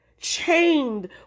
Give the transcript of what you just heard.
chained